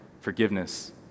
forgiveness